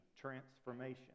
transformation